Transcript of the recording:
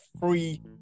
free